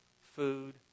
food